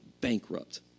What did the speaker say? bankrupt